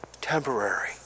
temporary